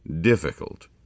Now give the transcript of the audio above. difficult